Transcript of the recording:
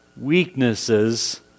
weaknesses